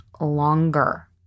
longer